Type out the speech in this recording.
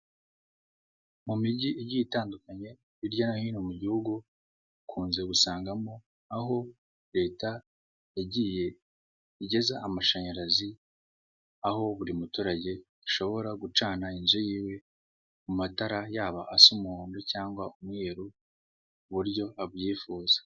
Mu mijyi igiye itandukanye hirya no hino mu gihugu ukunze gusangamo aho leta yagiye igeza amashanyarazi, aho buri muturage ashobora gucana inzu y'iwe mu matara yaba asa umuhondo cyangwa umweru ku buryo abyifuza.